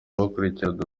bakurikirana